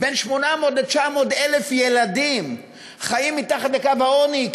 בין 800,000 ל-900,000 ילדים חיים מתחת לקו העוני.